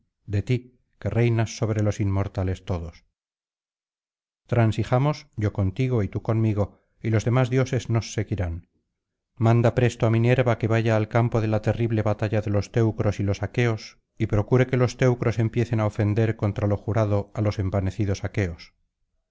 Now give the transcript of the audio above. de ti que reinas sobre los inmortales todos transijamos yo contigo y tú conmigo y los demás dioses nos seguirán manda presto á minerva que vaya al campo de la terrible batalla de los teucros y los aqueos y procure que los teucros empiecen á ofender contra lo jurado á los envanecidos aqueos